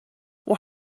what